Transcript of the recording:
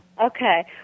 Okay